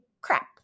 crap